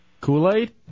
Kool-Aid